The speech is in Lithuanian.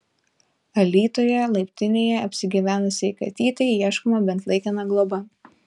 alytuje laiptinėje apsigyvenusiai katytei ieškoma bent laikina globa